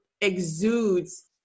exudes